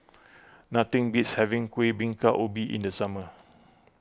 nothing beats having Kuih Bingka Ubi in the summer